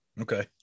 Okay